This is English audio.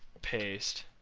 paste.